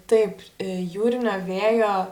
taip jūrinio vėjo